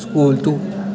school तू